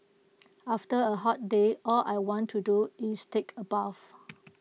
after A hot day all I want to do is take A bath